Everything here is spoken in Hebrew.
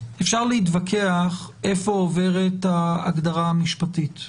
אפשר להתווכח איפה עוברת ההגדרה המשפטית.